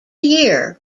year